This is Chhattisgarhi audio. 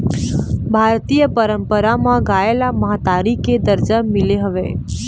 भारतीय पंरपरा म गाय ल महतारी के दरजा मिले हवय